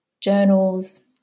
journals